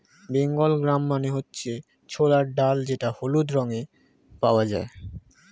Bengal gram মানে হচ্ছে ছোলার ডাল যেটা হলুদ রঙে পাওয়া যায়